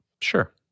Sure